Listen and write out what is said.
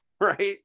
right